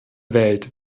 welt